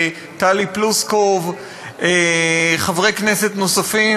טלי פלוסקוב וחברי כנסת נוספים,